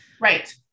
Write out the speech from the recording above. right